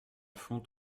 font